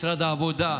משרד העבודה,